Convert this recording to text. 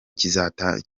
kizitabirwa